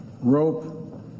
rope